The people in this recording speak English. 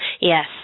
Yes